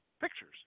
pictures